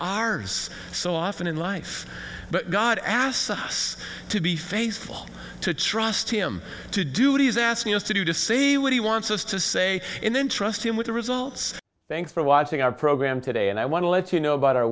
ours so often in life but god asks us to be faithful to trust him to duty is asking us to do to say what he wants us to say and then trust him with the results thanks for watching our program today and i want to let you know about our